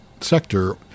sector